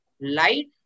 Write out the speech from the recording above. light